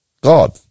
God